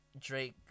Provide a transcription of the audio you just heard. Drake